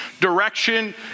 direction